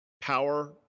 Power